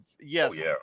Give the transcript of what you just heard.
yes